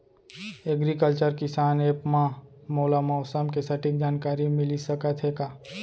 Agriculture किसान app मा मोला मौसम के सटीक जानकारी मिलिस सकत हे का?